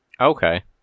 Okay